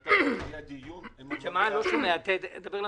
אין לי